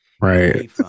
Right